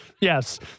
Yes